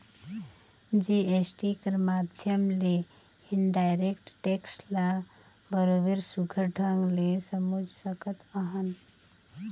GST कर माध्यम ले इनडायरेक्ट टेक्स ल बरोबेर सुग्घर ढंग ले समुझ सकत अहन